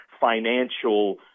financial